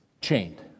Chained